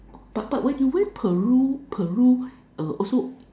oh but but when you went Peru Peru err also